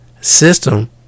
system